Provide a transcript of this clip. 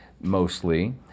mostly